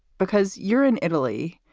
because you're in italy.